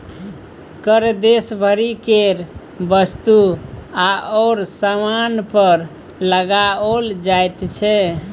कर देश भरि केर वस्तु आओर सामान पर लगाओल जाइत छै